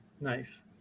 Nice